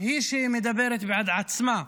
היא שמדברת בעד עצמה.